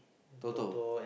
Toto